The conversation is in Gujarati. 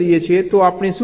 તો આપણે શું કરીએ